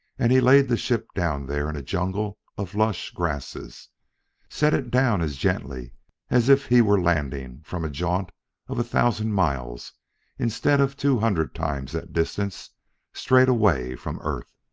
and he laid the ship down there in a jungle of lush grasses set it down as gently as if he were landing from a jaunt of a thousand miles instead of two hundred times that distance straight away from earth.